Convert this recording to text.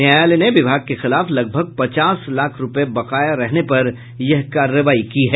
न्यायालय ने विभाग के खिलाफ लगभग पचास लाख रूपये बकाया रहने पर यह कार्रवाई की है